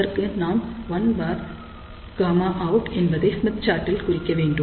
அதற்கு நாம் 1Γout என்பதை ஸ்மித் சார்ட்டில் குறிக்க வேண்டும்